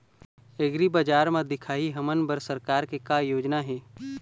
एग्रीबजार म दिखाही हमन बर सरकार के का योजना हे?